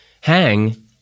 hang